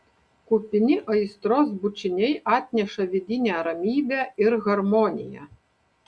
kupini aistros bučiniai atneša vidinę ramybę ir harmoniją